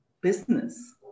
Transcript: business